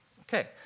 Okay